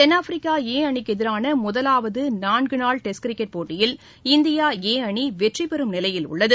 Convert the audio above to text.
தென்னாப்பிரிக்கா ஏ அணிக்கு எதிரான முதலாவது நான்கு நாள் டெஸ்ட் கிரிக்கெட் போட்டியில் இந்தியா ஏ அணி வெற்றிபெறும் நிலையில் உள்ளது